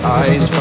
eyes